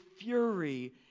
fury